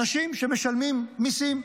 אנשים שמשלמים מיסים,